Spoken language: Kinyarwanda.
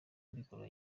bikorwa